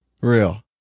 Real